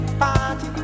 party